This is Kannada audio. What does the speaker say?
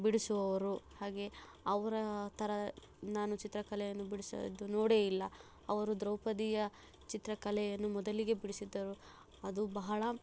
ಬಿಡಿಸುವವರು ಹಾಗೆ ಅವರ ಥರ ನಾನು ಚಿತ್ರಕಲೆಯನ್ನು ಬಿಡಿಸೋದು ನೋಡೇ ಇಲ್ಲ ಅವರು ದ್ರೌಪದಿಯ ಚಿತ್ರಕಲೆಯನ್ನು ಮೊದಲಿಗೆ ಬಿಡಿಸಿದ್ದರು ಅದು ಬಹಳ